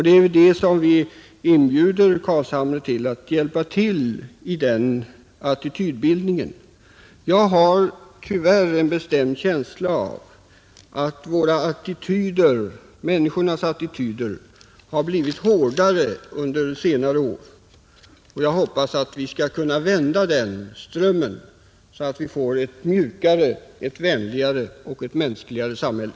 Det är där som vi har inbjudit herr Carlshamre att hjälpa till med attitydbildningen. Jag har tyvärr en bestämd känsla av att människornas attityder under senare år har blivit hårdare. Jag hoppas att vi skall kunna vända den strömmen, så att vi får ett mjukare, vänligare och mänskligare samhälle,